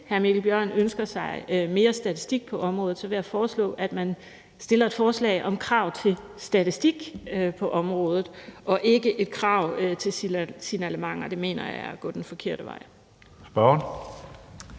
hr. Mikkel Bjørn ønsker sig mere statistik på området, vil jeg foreslå, at man stiller et forslag om krav om statistik på området og ikke et krav om signalementer. Det mener jeg er den forkerte vej at gå.